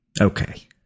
Okay